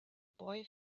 boy